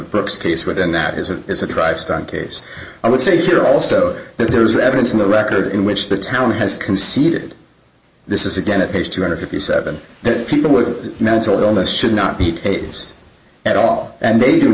brooks case within that is a it's a dr stein case i would say here also there's evidence in the record in which the town has conceded this is again at page two hundred fifty seven people with mental illness should not be tables at all and they do